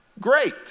great